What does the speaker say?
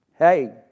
Hey